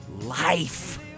life